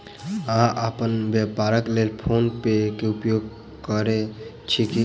अहाँ अपन व्यापारक लेल फ़ोन पे के उपयोग करै छी की?